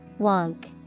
Wonk